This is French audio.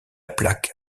plaque